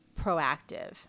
proactive